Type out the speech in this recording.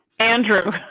andrew.